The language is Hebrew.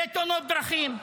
ותאונות דרכים.